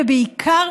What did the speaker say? ובעיקר,